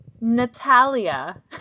Natalia